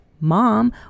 mom